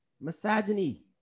Misogyny